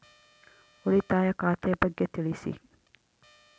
ಉಳಿತಾಯ ಖಾತೆ ಬಗ್ಗೆ ತಿಳಿಸಿ?